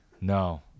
No